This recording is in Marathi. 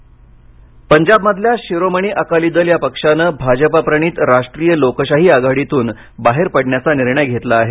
शिरोमणी अकाली दल पंजाबमधल्या शिरोमणी अकाली दल या पक्षान भाजपा प्रणीत राष्ट्रीय लोकशाही आघाडीतून बाहेर पडण्याचा निर्णय घेतला आहे